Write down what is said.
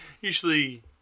usually